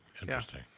interesting